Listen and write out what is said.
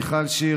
מיכל שיר,